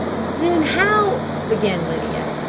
then how began lydia.